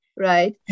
Right